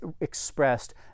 expressed